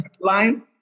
line